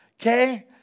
Okay